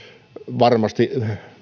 varmasti